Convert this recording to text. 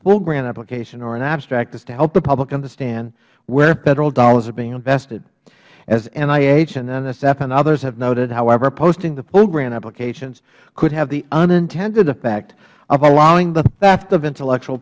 full grant application or an abstract is to help the public understand where federal dollars are being invested as nih and nsf and others have noted however posting the full grant applications could have the unintended effect of allowing the theft of intellectual